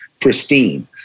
pristine